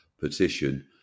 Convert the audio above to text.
petition